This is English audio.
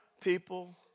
people